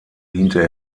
diente